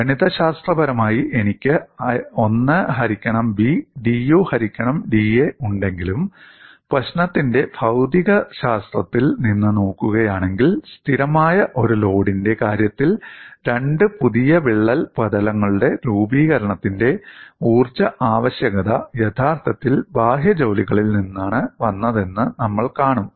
ഗണിതശാസ്ത്രപരമായി എനിക്ക് "1 ഹരിക്കണം B" 'dU ഹരിക്കണം da' ഉണ്ടെങ്കിലും പ്രശ്നത്തിന്റെ ഭൌതികശാസ്ത്രത്തിൽ നിന്ന് നോക്കുകയാണെങ്കിൽ സ്ഥിരമായ ഒരു ലോഡിന്റെ കാര്യത്തിൽ രണ്ട് പുതിയ വിള്ളൽ പ്രതലങ്ങളുടെ രൂപീകരണത്തിന്റെ ഊർജ്ജ ആവശ്യകത യഥാർത്ഥത്തിൽ ബാഹ്യ ജോലികളിൽ നിന്നാണ് വന്നതെന്ന് നമ്മൾ കാണും